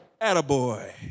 Attaboy